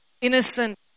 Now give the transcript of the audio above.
Innocent